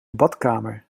badkamer